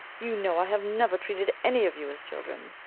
you know i have never treated any of you as children.